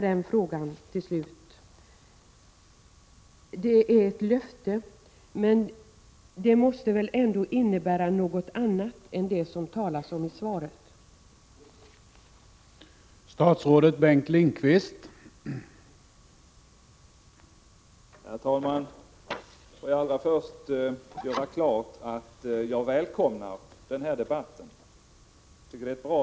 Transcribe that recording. Ett resultat av ett sådant samarbete bör kunna bli en utveckling och förnyelse av utbildningsinnehåll m.m.